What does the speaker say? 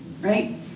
Right